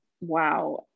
wow